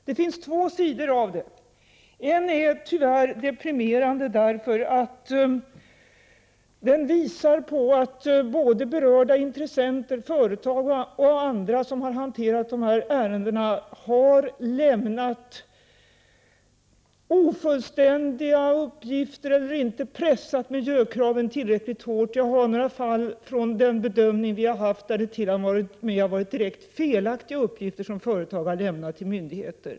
Det finns två sidor av detta. Den ena sidan är tyvärr deprimerande. Den visar på att både berörda intressenter, företag och andra som har hanterat dessa ärenden har lämnat ofullständiga uppgifter eller inte pressat miljökraven tillräckligt hårt. Jag har några fall från vår bedömning där det t.o.m. har förekommit direkt felaktiga uppgifter som företag har lämnat till myndigheter.